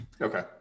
Okay